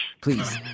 Please